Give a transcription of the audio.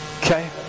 Okay